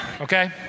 Okay